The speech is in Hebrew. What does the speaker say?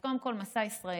אז קודם כול, מסע ישראלי,